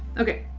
okay.